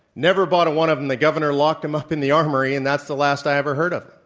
never bought a one of them. the governor locked them up in the armory and that's the last i ever heard of them.